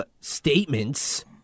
statements